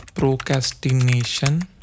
Procrastination